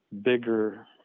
bigger